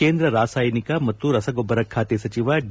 ಕೇಂದ್ರ ರಾಸಾಯನಿಕ ಮತ್ತು ರಸಗೊಬ್ಬರ ಖಾತೆ ಸಚಿವ ಡಿ